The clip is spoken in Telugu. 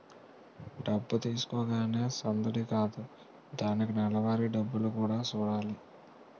డబ్బు తీసుకోగానే సందడి కాదు దానికి నెలవారీ డబ్బులు కూడా సూడాలి